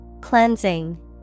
Cleansing